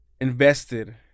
invested